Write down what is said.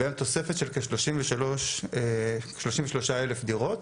בהם תוספת של כ-33 אלף דירות,